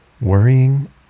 worrying